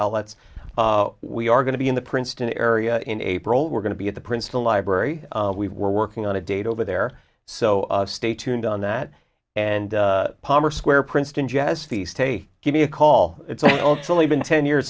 outlets we are going to be in the princeton area in april we're going to be at the prince the library we we're working on a date over there so stay tuned on that and palmer square princeton jazz feast day give me a call it's also only been ten years